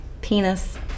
Penis